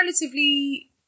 relatively